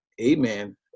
amen